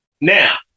Now